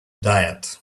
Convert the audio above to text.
diet